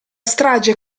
strage